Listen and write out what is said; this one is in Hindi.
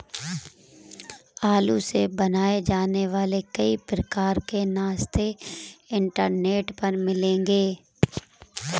आलू से बनाए जाने वाले कई प्रकार के नाश्ते इंटरनेट पर मिलेंगे